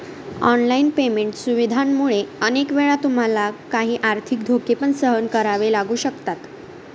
online payment सुविधांमुळे अनेक वेळा तुम्हाला काही आर्थिक धोके पण सहन करावे लागू शकतात